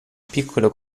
piccolo